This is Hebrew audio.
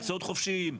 מקצועות חופשיים.